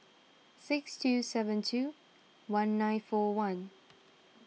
six two seven two one nine four one